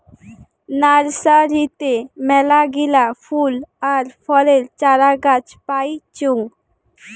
নার্সারিতে মেলাগিলা ফুল আর ফলের চারাগাছ পাইচুঙ